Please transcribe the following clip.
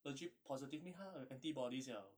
legit positive means 他有 antibodies liao